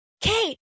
Kate